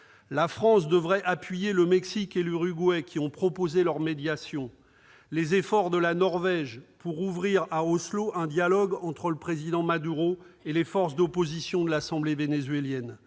La France devrait appuyer le Mexique et l'Uruguay, qui ont proposé leur médiation, et les efforts de la Norvège pour ouvrir à Oslo un dialogue entre le président Maduro et les forces d'opposition de l'assemblée vénézuélienne.